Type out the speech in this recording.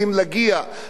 לא להקרנות,